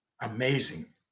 amazing